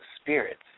spirits